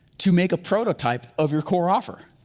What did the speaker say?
to make a prototype of your core offer.